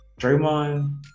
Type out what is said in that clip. Draymond